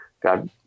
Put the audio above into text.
god